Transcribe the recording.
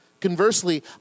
Conversely